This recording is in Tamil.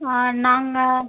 நாங்கள்